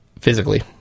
physically